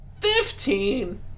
Fifteen